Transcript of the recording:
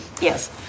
Yes